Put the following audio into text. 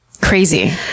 Crazy